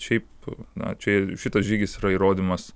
šiaip na čia šitas žygis yra įrodymas